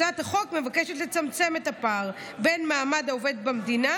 הצעת החוק מבקשת לצמצם את הפער במעמד העובד במדינה